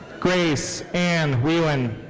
grace anne wieland.